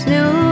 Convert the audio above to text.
New